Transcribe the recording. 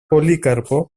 πολύκαρπο